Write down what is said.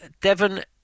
Devon